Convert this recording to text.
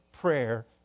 prayer